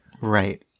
Right